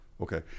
okay